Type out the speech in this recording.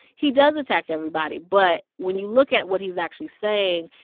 he does attack everybody. but when you look at what he's actually saying,